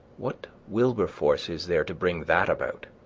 what wilberforce is there to bring that about?